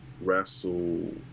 wrestle